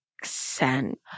Accent